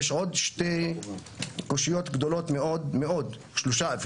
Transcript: יש עוד שלוש קושיות גדולות מאוד: החינוך,